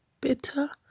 bitter